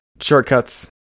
shortcuts